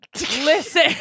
Listen